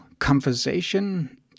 conversation